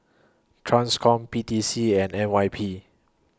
TRANSCOM P T C and N Y P